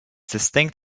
distinct